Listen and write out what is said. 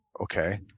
Okay